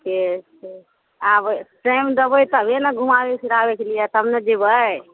के आबै टाइम देबै तबे ने घुमाबै फिराबैके लिए तब ने जेबै